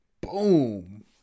Boom